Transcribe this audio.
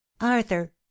Arthur